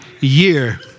year